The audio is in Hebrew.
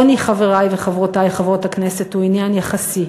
עוני, חברי וחברותי חברות הכנסת, הוא עניין יחסי.